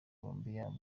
colombia